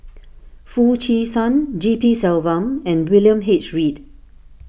Foo Chee San G P Selvam and William H Read